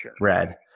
red